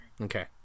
Okay